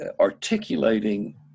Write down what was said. articulating